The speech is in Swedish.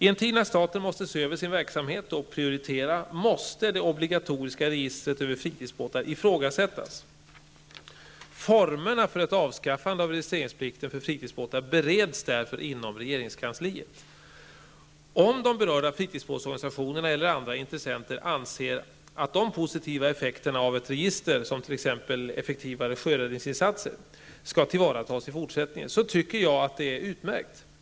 I en tid när staten måste se över sin verksamhet och prioritera måste det obligatoriska registret över fritidsbåtar ifrågasättas. Formerna för ett avskaffande av registreringsplikten för fritidsbåtar bereds därför inom regeringskansliet. Om de berörda fritidsbåtsorganisationerna eller andra intressenter anser att de positiva effekterna av ett register skall tillvaratas i fortsättningen, tycker jag det är utmärkt.